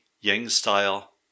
Yang-style